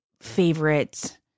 favorite